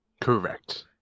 correct